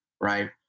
right